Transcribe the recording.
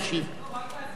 רק להצביע.